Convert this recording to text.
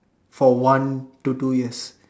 for one to two years